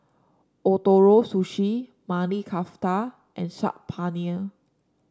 Ootoro Sushi Maili Kofta and Saag Paneer